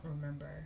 remember